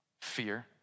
Fear